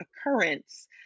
occurrence